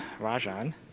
Rajan